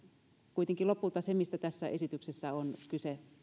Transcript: kuitenkin lopulta se mistä tässä esityksessä on kyse